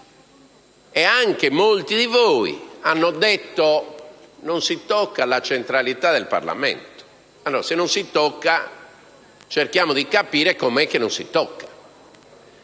e anche molti di voi, hanno detto che non si tocca la centralità del Parlamento. Allora, se non si tocca, cerchiamo di capire com'è che non si tocca.